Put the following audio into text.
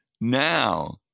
Now